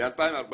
ב-2014